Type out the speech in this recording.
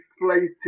inflated